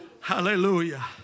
hallelujah